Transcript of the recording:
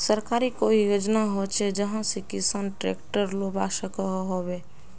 सरकारी कोई योजना होचे जहा से किसान ट्रैक्टर लुबा सकोहो होबे?